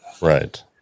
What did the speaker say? Right